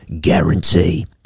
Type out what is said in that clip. guarantee